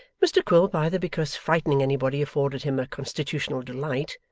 mr quilp, either because frightening anybody afforded him a constitutional delight,